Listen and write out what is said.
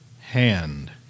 hand